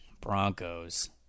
Broncos